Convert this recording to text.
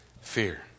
fear